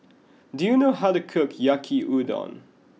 do you know how to cook Yaki Udon